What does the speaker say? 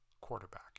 quarterback